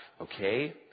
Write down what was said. okay